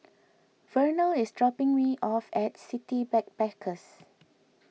Vernal is dropping me off at City Backpackers